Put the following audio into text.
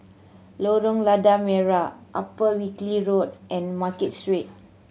Lorong Lada Merah Upper Wilkie Road and Market Street